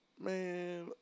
man